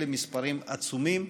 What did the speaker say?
אלה מספרים עצומים,